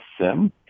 SIM